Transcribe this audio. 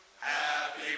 Happy